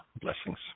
Blessings